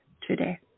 today